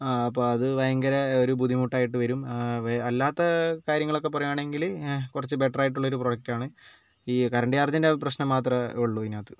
അപ്പോൾ അത് ഭയങ്കര ഒരു ബുദ്ധിമുട്ടായിട്ട് വരും അല്ലാത്ത കാര്യങ്ങളൊക്കെ പറയുവാണെങ്കിൽ കുറച്ച് ബെറ്റർ ആയിട്ടുള്ള ഒരു പ്രൊഡക്റ്റ് ആണ് ഈ കറണ്ട് ചാർജിൻ്റെ അ പ്രശ്നം മാത്രമേ ഉള്ളൂ ഇതിനകത്ത്